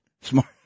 Smart